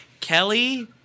Kelly